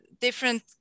different